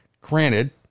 Granted